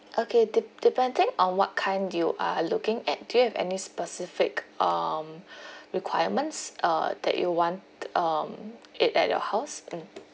okay dep~ depending on what kind you are looking at do you have any specific um requirements uh that you want um it at your house mm